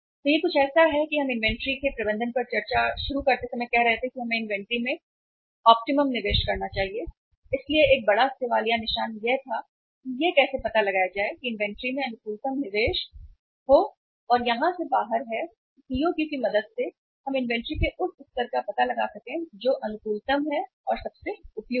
तो यह कुछ ऐसा है कि हम इन्वेंट्री के प्रबंधन पर चर्चा शुरू करते समय कह रहे थे कि हमें इन्वेंट्री में इष्टतम निवेश करना चाहिए इसलिए एक बड़ा सवालिया निशान यह था कि यह कैसे पता लगाया जाए कि इन्वेंट्री में अनुकूलतम निवेश और यहां से बाहर है EOQ की मदद से हम इन्वेंट्री के उस स्तर का पता लगा सकते हैं जो कि इष्टतम है जो सबसे उपयुक्त है